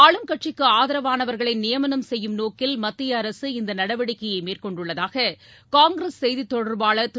ஆளும் கட்சிக்கு ஆதரவானவர்களை நியமனம் செய்யும் நோக்கில் மத்திய அரசு இந்த நடவடிக்கையை மேற்கொண்டுள்ளதாக காங்கிரஸ் செய்தித்தொடர்பாளர் திரு